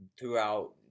throughout